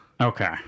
Okay